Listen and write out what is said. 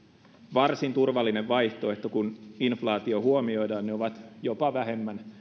varsin turvallinen vaihtoehto kun inflaatio huomioidaan ne ovat jopa vähemmän